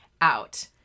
out